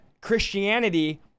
Christianity